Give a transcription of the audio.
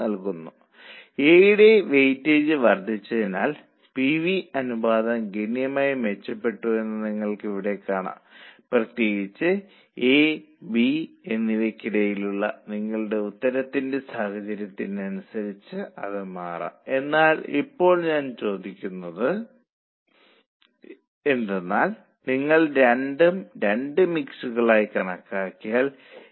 നിരക്ക് ഇപ്പോൾ ഉയരുന്നതിനാൽ അത് 8 രൂപയിലേക്ക് പോകുമോ കാരണം നിലവിലെ കണക്കനുസരിച്ച് മണിക്കൂറുകളുടെ എണ്ണം കുറയണം കാരണം യൂണിറ്റിന് 2 മണിക്കൂറിന് 3 രൂപ ആണ്